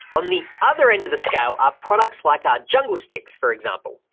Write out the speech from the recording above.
on the other end of the scale, our products like our jungle stix for example,